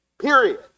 Period